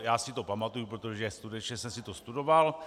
Já si to pamatuji, protože skutečně jsem si to studoval.